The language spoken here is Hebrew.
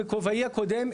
בכובעי הקודם,